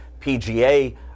PGA